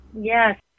yes